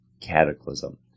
Cataclysm